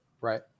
Right